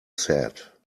sad